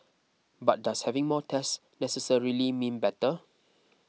but does having more tests necessarily mean better